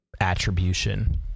attribution